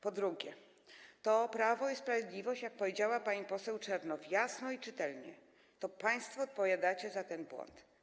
Po drugie, to Prawo i Sprawiedliwość, jak powiedziała pani poseł Czernow, jasno i czytelnie, to państwo odpowiadacie za ten błąd.